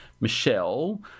Michelle